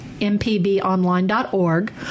mpbonline.org